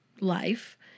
life